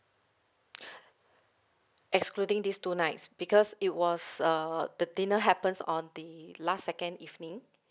excluding this two nights because it was uh the dinner happens on the last second evening